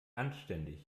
anständig